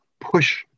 push